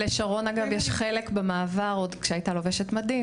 אגב, לשרון יש חלק במעבר, עוד כשהייתה לובשת מדים.